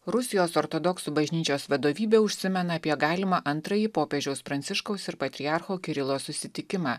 rusijos ortodoksų bažnyčios vadovybė užsimena apie galimą antrąjį popiežiaus pranciškaus ir patriarcho kirilo susitikimą